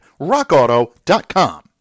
RockAuto.com